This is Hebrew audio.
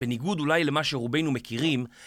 בניגוד אולי למה שרובנו מכירים